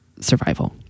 survival